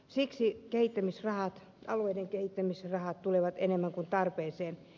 siksi alueiden kehittämisrahat tulevat enemmän kuin tarpeeseen